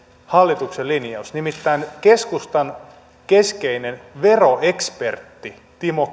hallituksen linjaus nimittäin keskustan keskeinen veroekspertti edustaja timo